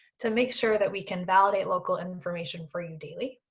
to make sure that we can validate local information for you daily.